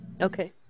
Okay